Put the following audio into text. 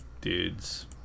dudes